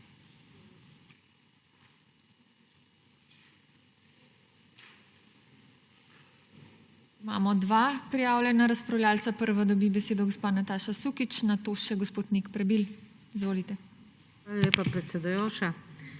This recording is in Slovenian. Imamo dva prijavljena razpravljavca. Prvo dobi besedo gospa Nataša Sukič, nato še gospod Nik Prebil. Izvolite. **NATAŠA